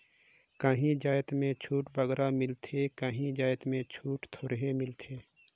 काहीं जाएत में छूट बगरा मिलथे काहीं जाएत में छूट थोरहें मिलथे